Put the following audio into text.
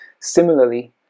similarly